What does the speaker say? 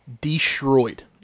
destroyed